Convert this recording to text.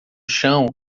chão